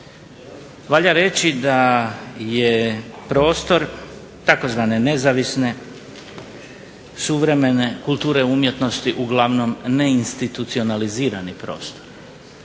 Valja reći da je prostor tzv. nezavisne, suvremene kulture umjetnosti uglavnom neinstitucionalizirani prostor,